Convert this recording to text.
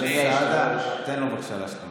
סעדה, תן לו בבקשה להשלים.